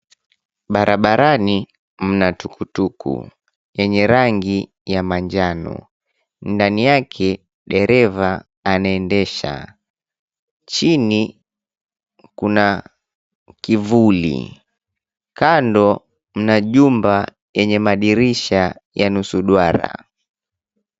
Barabarani mna tukutuku yenye rangi ya manjano. Ndani yake, dereva anaendesha. Chini kuna kivuli. Kando mna jumba yenye madirisha ya nusu duara.